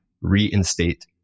reinstate